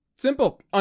Simple